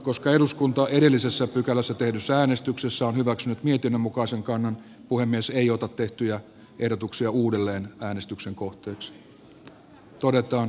koska eduskunta edellisessä pykälässä suoritetussa äänestyksessä on hyväksynyt mietinnön mukaisen kannan puhemies ei ota tehtyjä ehdotuksia uudelleen äänestyksen kohteeksi